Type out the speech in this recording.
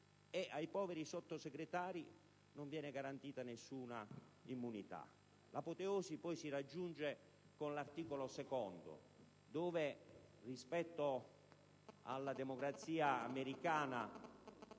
ai poveri Sottosegretari non viene garantita nessuna immunità. L'apoteosi poi si raggiunge con l'articolo 2, dove, rispetto alla democrazia americana,